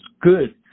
good